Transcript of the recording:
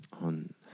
on